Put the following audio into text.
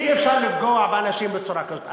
אי-אפשר לפגוע באנשים בצורה כזאת.